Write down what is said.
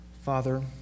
Father